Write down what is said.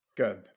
Good